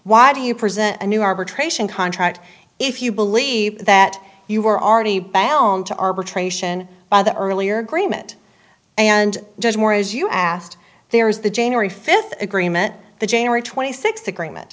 why do you present a new arbitration contract if you believe that you were already balam to arbitration by the earlier agreement and just more as you asked there is the january fifth agreement the january twenty sixth agreement